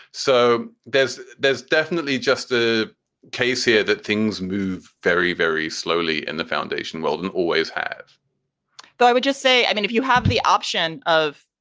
so there's there's definitely just a case here that things move very, very slowly in the foundation world and always have so i would just say, i mean, if you have the option of,